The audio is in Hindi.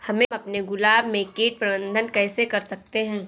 हम अपने गुलाब में कीट प्रबंधन कैसे कर सकते है?